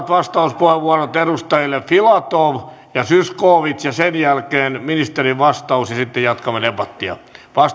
vastauspuheenvuorot edustajille filatov ja zyskowicz sen jälkeen ministerin vastaus ja sitten jatkamme debattia